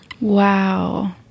wow